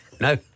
No